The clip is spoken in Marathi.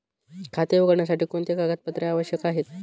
खाते उघडण्यासाठी कोणती कागदपत्रे आवश्यक आहे?